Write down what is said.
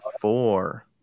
four